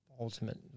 ultimate